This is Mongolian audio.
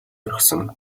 орхисон